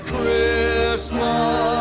Christmas